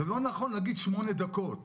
זה לא נכון להגיד שמונה דקות.